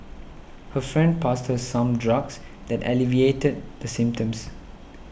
her friend passed her some drugs that alleviated the symptoms